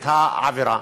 את העבירה.